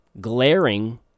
glaring